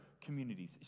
communities